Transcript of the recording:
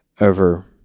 over